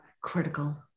critical